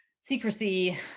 secrecy